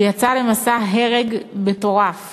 שיצא למסע הרג מטורף